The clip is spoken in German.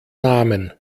namen